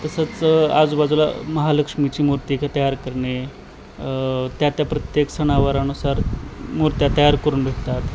तसंच आजूबाजूला महालक्ष्मीची मूर्तीका तयार करणे त्या त्या प्रत्येक सणावरानुसार मूर्त्या तयार करून भेटतात